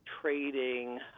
trading